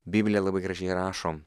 biblija labai gražiai rašom